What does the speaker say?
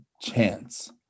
chance